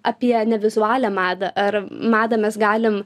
apie nevizualią madą ar madą mes galim